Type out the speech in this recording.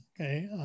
okay